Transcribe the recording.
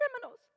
criminals